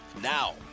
Now